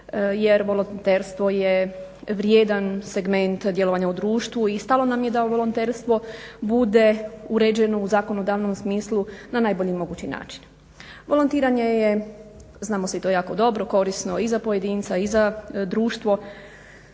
jer volonterstvo je vrijedan segment djelovanja u društvu i stalo nam je da u volonterstvo bude uređeno u zakonodavnom smislu na najbolji mogući način. Volontiranje je znamo svi to jako dobro korisno i za pojedinca i za društvo.